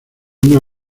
una